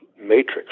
matrix